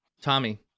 tommy